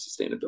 sustainability